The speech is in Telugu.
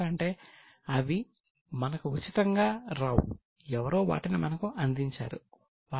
ఎందుకంటే అవి మనకు ఉచితంగా రావు ఎవరో వాటిని మనకు అందించారు